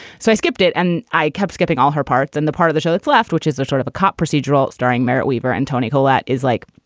so i skipped it and i kept skipping all her parts. and the part of the show that's left, which is a sort of a cop procedural starring merritt wever and toni collette is like.